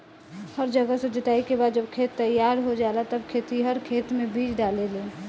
हर से जोताई के बाद जब खेत तईयार हो जाला तब खेतिहर खेते मे बीज डाले लेन